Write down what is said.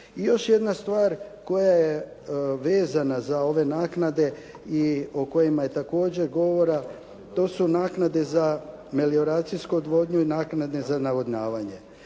I još jedna stvar koja je vezana za ove naknade i o kojima je također govora, to su naknade za melioracijsku odvodnju i melioracijske